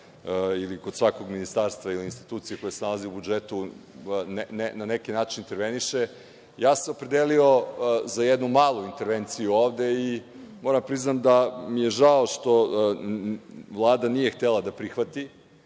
ili kod svakog ministarstva ili institucije koja se nalazi u budžetu na neki način interveniše. Ja sam se opredelio za jednu malu intervenciju ovde i moram da priznam da mi je žao što Vlada nije htela da prihvati